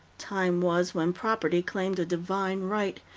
time was when property claimed a divine right,